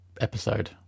episode